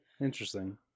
Interesting